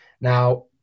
Now